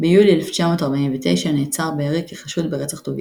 ביולי 1949 נעצר בארי כחשוד ברצח טוביאנסקי,